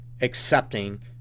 accepting